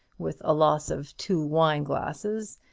with a loss of two wine-glasses,